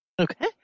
Okay